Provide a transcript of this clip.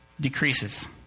decreases